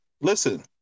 listen